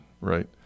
Right